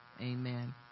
Amen